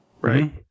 right